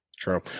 true